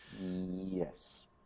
Yes